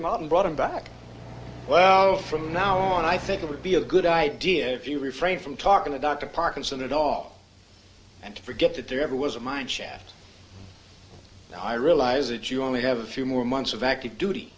him out and brought him back well from now on i think it would be a good idea if you refrained from talking to dr parkinson at all and to forget that there ever was a mine shaft i realize that you only have a few more months of active duty